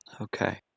Okay